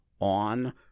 on